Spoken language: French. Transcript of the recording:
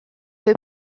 vais